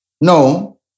no